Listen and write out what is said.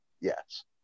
yes